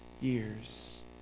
years